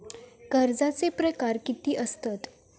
कर्जाचे प्रकार कीती असतत?